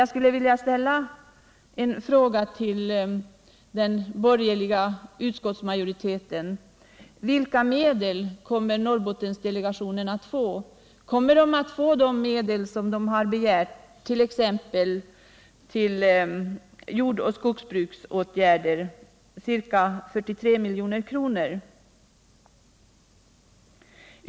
Jag skulle vilja ställa en fråga till den borgerliga utskottsmajoriteten: Vilka medel kommer Norrbottendelegationen att få” Kommer den att få de medel som den har begärt, t.ex. ca 43 milj.kr. till jordoch skogsbruksåtgärder?